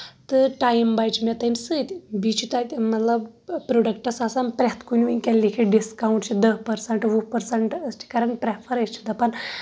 تہٕ ٹایم بَچہِ مےٚ تَمہِ سۭتۍ بیٚیہِ چھ تَتہِ مطلب پروڈکٹس آسان پرٛیٚتھ کُنہِ ؤنٛکیٚن لیٖکھِتھ ڈسکاونٹ چھُ دہ پرسنٛٹ وُہ پرسنٛٹ أسۍ چھِ کران پریٚفر أسۍ چھِ دَپان